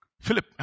Philip